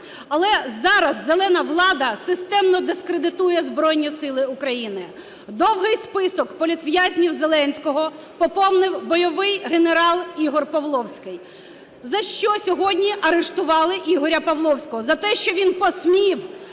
Але зараз "зелена" влада системно дискредитує Збройні Сили України. Довгий список політв'язнів Зеленського поповнив бойовий генерал Ігор Павловський. За що сьогодні заарештували Ігоря Павловського? За те, що він посмів